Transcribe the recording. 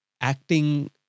acting